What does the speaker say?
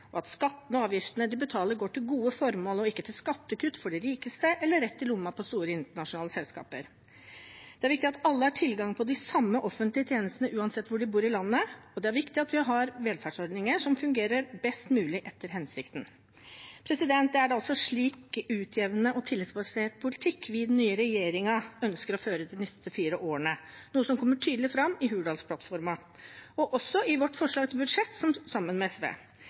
og at skattene og avgiftene de betaler, går til gode formål og ikke til skattekutt for de rikeste eller rett i lommen på store internasjonale selskaper. Det er viktig at alle har tilgang på de samme offentlige tjenestene uansett hvor i landet de bor, og det er viktig at vi har velferdsordninger som fungerer mest mulig etter hensikten. Det er også en slik utjevnende og tillitsbasert politikk den nye regjeringen ønsker å føre de neste fire årene, noe som kommer tydelig fram i Hurdalsplattformen – og også i vårt forslag til budsjett sammen med SV,